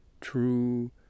true